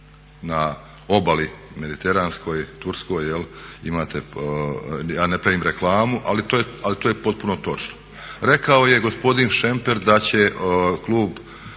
na obali mediteranskoj turskoj jel' imate, ja ne pravim reklamu ali to je potpuno točno. Rekao je gospodin Šemper da će klub